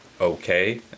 okay